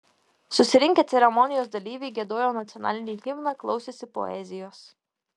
susirinkę ceremonijos dalyviai giedojo nacionalinį himną klausėsi poezijos